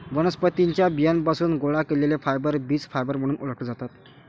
वनस्पतीं च्या बियांपासून गोळा केलेले फायबर बीज फायबर म्हणून ओळखले जातात